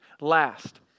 last